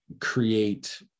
create